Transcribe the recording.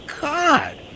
god